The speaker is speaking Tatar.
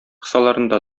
кысаларында